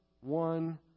one